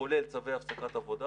כולל צווי הפסקת עבודה.